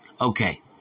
Okay